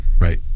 Right